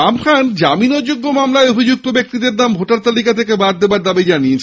বামফ্রন্ট জামিন অযোগ্য মামলায় অভিযুক্ত ব্যক্তিদের নাম ভোটার তালিকা থেকে বাদ দেওয়ার দাবি জানিয়েছে